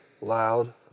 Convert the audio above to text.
loud